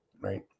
right